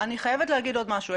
אני חייבת לומר עוד משהו.